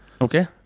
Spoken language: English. Okay